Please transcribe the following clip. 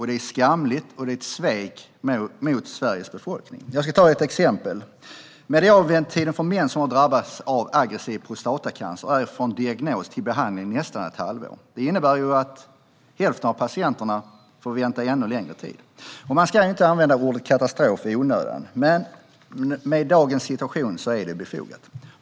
Det är skamligt och ett svek mot Sveriges befolkning. Jag ska ge ett exempel. Medianväntetiden för män som har drabbats av aggressiv prostatacancer är från diagnos till behandling nästan ett halvår. Det innebär att hälften av patienterna får vänta ännu längre. Man ska inte använda ordet katastrof i onödan, men med dagens situation är det befogat.